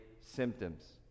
symptoms